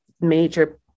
major